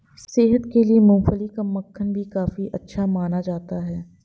सेहत के लिए मूँगफली का मक्खन भी काफी अच्छा माना जाता है